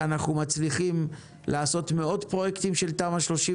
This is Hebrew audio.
ואנחנו מצליחים לעשות מאות פרויקטים של תמ"א 38,